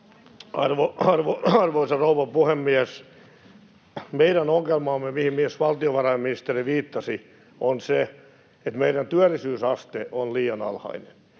Arvoisa rouva puhemies! Meidän ongelmamme, mihin myös valtiovarainministeri viittasi, on se, että meidän työllisyysaste on liian alhainen.